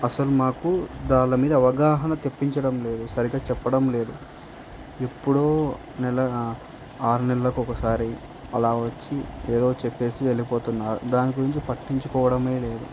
అసలు మాకు దారి మీద అవగాహన తెప్పించడం లేదు సరిగ్గా చెప్పడం లేదు ఎప్పుడో నెల ఆరు నెలలకు ఒకసారి అలా వచ్చి ఏదో చెప్పేసి వెళ్ళిపోతున్నారు దాని గురించి పట్టించుకోవడమే లేదు